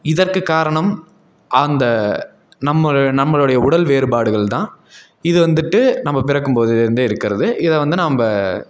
இதற்குக் காரணம் அந்த நம்ம நம்மளுடைய உடல் வேறுபாடுகள் தான் இது வந்துட்டு நம்ம பிறக்கும் போதுலேருந்தே இருக்கிறது இதை வந்து நம்ம